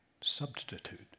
substitute